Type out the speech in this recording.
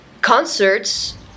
concerts